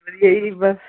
ਵਧੀਆ ਜੀ ਬੱਸ